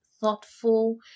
thoughtful